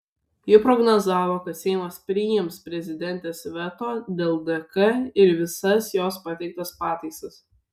ji prognozavo kad seimas priims prezidentės veto dėl dk ir visas jos pateiktas pataisas